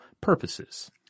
purposes